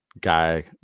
Guy